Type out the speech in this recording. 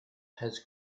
has